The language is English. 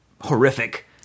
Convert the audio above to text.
horrific